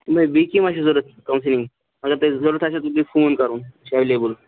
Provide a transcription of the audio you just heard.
نہَ بیٚیہِ کیٚنٛہہ ما چُھے ضروٗرت کاونسیلِنٛگ اَگر تُہۍ ضروٗرت آسوٕ تیٚلہِ کٔرۍزیٚو مےٚ فون کٔرُن أسۍ چھِ ایویلیبٕل